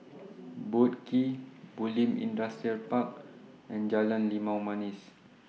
Boat Quay Bulim Industrial Park and Jalan Limau Manis